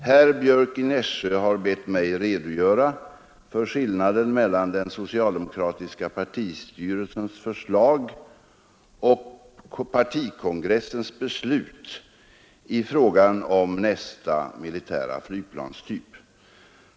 Herr talman! Herr Björck i N skillnaden mellan den socialdemokratis! partikongressens beslut i frågan om nästa militära flygplanstyp.